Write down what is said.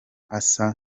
asa